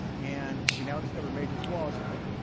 and we now discover major flaws in it,